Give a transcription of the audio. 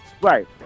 right